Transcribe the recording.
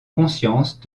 conscience